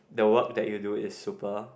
the work that you do is super